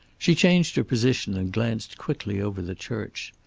she changed her position, and glanced quickly over the church.